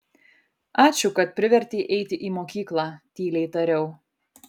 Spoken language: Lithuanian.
ačiū kad privertei eiti į mokyklą tyliai tariau